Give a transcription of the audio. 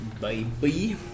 Baby